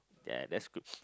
ya that's good